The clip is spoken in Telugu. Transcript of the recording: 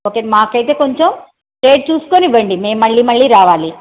ఓకే మాకైతే కొంచెం రేట్ చూసుకుని ఇవ్వండి మేము మళ్ళీ మళ్ళీ రావాలి